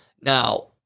Now